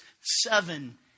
seven